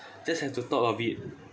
just at the thought of it